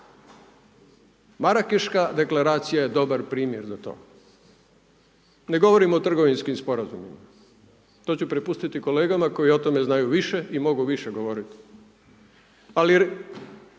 Marakeška deklaracija je dobar primjer za to. Ne govorimo o trgovinskim sporazumima. To ću prepustiti kolegama koji o tome znaju više i mogu više govoriti. Ali